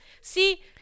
See